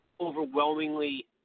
overwhelmingly